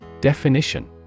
Definition